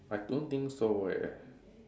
I don't think so eh